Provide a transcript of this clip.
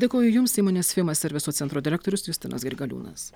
dėkoju jums įmonės fima serviso centro direktorius justinas grigaliūnas